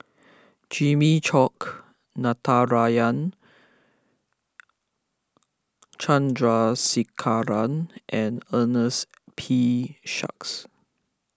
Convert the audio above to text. Jimmy Chok Natarajan Chandrasekaran and Ernest P Shanks